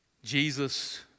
Jesus